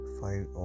five